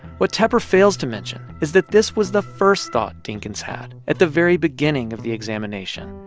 what tepper fails to mention is that this was the first thought dinkins had at the very beginning of the examination.